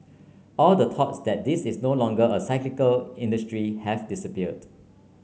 all the thoughts that this is no longer a cyclical industry have disappeared